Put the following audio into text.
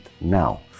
now